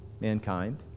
mankind